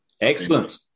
Excellent